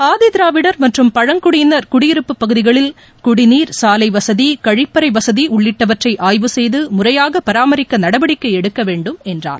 ஆதிதிராவிடர் மற்றும் பழங்குடியினர் குடியிருப்புப்பகுதிகளில் குடிநீர் சாலை வசதி கழிப்பறை வசதி உள்ளிட்டவற்றை ஆய்வு செய்து முறையாக பராமரிக்க நடவடிக்கை எடுக்க வேண்டும் என்றார்